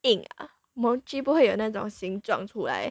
印 ah mochi 不会有那种形状出来